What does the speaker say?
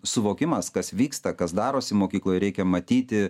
suvokimas kas vyksta kas darosi mokykloj reikia matyti